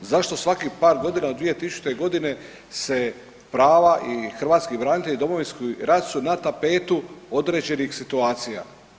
Zašto svakih par godina od 2000. godine se prava i hrvatski branitelji i Domovinski rat su na tapetu određenih situacija.